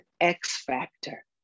X-Factor